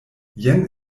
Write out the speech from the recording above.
jen